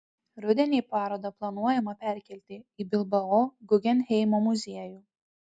rudenį parodą planuojama perkelti į bilbao guggenheimo muziejų